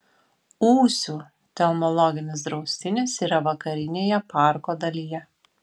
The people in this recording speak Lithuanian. ūsių telmologinis draustinis yra vakarinėje parko dalyje